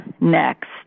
next